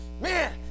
man